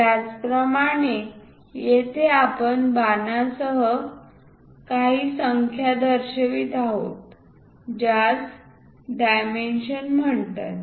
त्याचप्रमाणे येथे आपण बाणांसह काही संख्या दर्शवित आहोत ज्यास डायमेन्शन्स म्हणतात